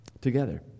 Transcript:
together